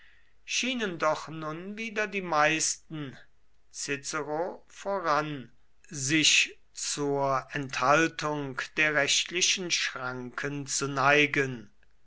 schienen doch nun wieder die meisten cicero voran sich zur enthaltung der rechtlichen schranken zu neigen